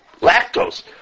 lactose